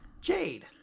Jade